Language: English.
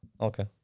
Okay